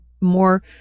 more